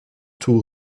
too